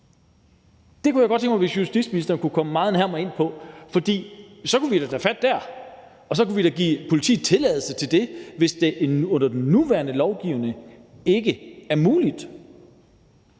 Det kunne jeg godt tænke mig justitsministeren kunne komme nærmere ind på, for så kunne vi tage fat der, og så kunne vi da give politiet tilladelse til det, hvis det under den nuværende lovgivning ikke er muligt.